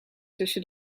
tussen